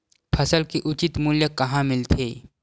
फसल के उचित मूल्य कहां मिलथे?